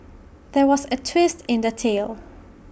there was A twist in the tale